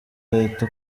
leta